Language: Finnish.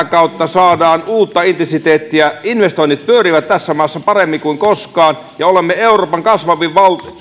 kautta saadaan uutta intensiteettiä investoinnit pyörivät tässä maassa paremmin kuin koskaan ja olemme euroopan kasvavin